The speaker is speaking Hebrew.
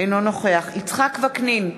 אינו נוכח יצחק וקנין,